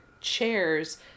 chairs